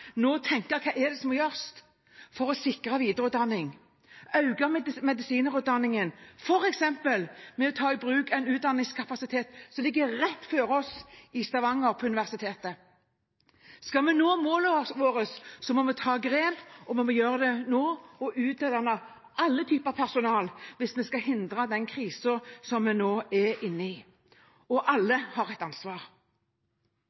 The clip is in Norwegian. nå tenke på hva som må gjøres for å sikre videreutdanning, eller øke medisinerutdanningen, f.eks. ved å ta i bruk en utdanningskapasitet som ligger rett foran oss, på Universitetet i Stavanger. Skal vi nå målene våre, må vi ta grep, og vi må gjøre det nå og utdanne alle typer personale hvis vi skal hindre den krisen som vi nå er inne i. Alle